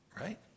Right